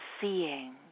seeing